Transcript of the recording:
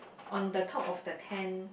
on the top of the tent